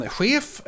chef